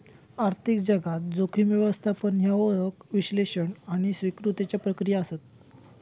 आर्थिक जगात, जोखीम व्यवस्थापन ह्या ओळख, विश्लेषण आणि स्वीकृतीच्या प्रक्रिया आसत